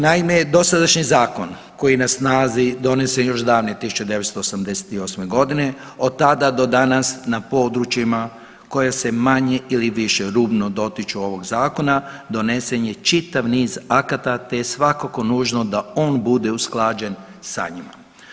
Naime, dosadašnji zakon koji je na snazi donesen je još davne 1988. godine, od tada do danas na područjima koja se manje ili više rubno dotiču ovog zakona donesen je čitav niz akata te je svakako nužno da on bude usklađen sa njim.